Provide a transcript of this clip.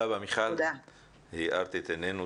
תודה רבה, מיכל, הארת את עינינו.